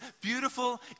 beautiful